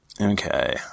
Okay